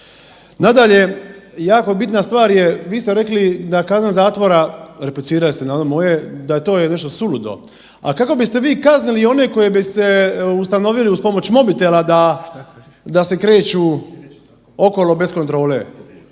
Nadalje, jako bitna stvar je vi ste rekli da kazna zatvora, replicirali ste na ono moje da je to nešto suludo. A kako biste vi kaznili one koje biste ustanovili uz pomoć mobitela da se kreću okolo bez kontrole?